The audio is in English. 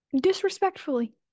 disrespectfully